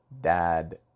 dad